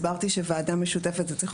הסברתי שוועדה משותפת צריכה להיות על פי חוק.